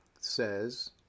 says